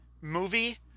movie